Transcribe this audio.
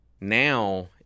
Now